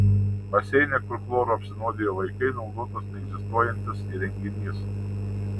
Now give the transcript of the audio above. baseine kur chloru apsinuodijo vaikai naudotas neegzistuojantis įrenginys